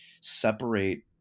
separate